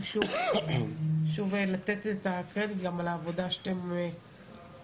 חשוב לתת את הקרדיט גם על העבודה שאתם עושים